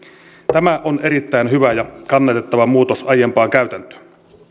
tämä on erittäin hyvä ja kannatettava muutos aiempaan käytäntöön